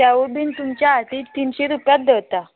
तेवूय बीन तुमच्या खातीर तिनशी रुपयाच दवरता